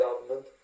government